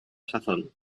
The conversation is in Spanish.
sazón